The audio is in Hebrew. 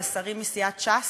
לשרים מסיעת ש"ס,